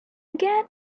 again